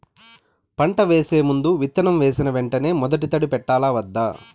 పంట వేసే ముందు, విత్తనం వేసిన వెంటనే మొదటి తడి పెట్టాలా వద్దా?